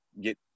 get